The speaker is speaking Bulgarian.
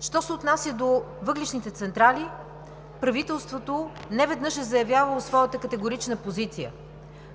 Що се отнася до въглищните централи, правителството неведнъж е заявявало своята категорична позиция.